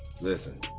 listen